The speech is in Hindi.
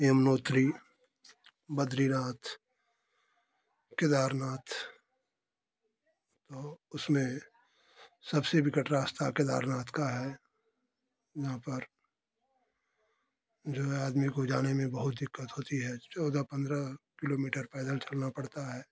यमुनोत्री बद्रीनाथ केदारनाथ तो उसमें सबसे विकट रास्ता केदारनाथ का है जहाँ पर जो है आदमी को जाने में बहुत दिक्कत होती है चौदह पंद्रह किलोमीटर पैदल चलना पड़ता है